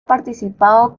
participado